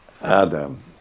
Adam